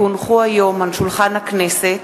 כי הונחו היום על שולחן הכנסת,